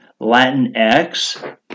Latinx